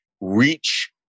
reach